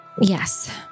Yes